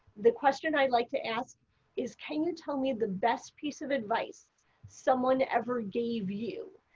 the question i like to ask is, can you tell me the best piece of advice someone ever gave you?